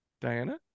Diana